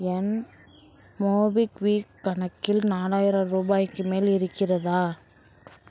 என் MobiKwik கணக்கில் நாலாயிரம் ரூபாய்க்கு மேல் இருக்கிறதா